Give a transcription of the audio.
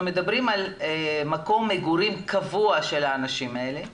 מדברים על מקום מגורים קבוע של האנשים האלה,